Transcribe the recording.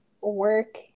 work